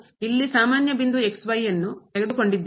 ನಾವು ಇಲ್ಲಿ ಸಾಮಾನ್ಯ ಬಿಂದು ವನ್ನು ತೆಗೆದುಕೊಂಡಿದ್ದೇವೆ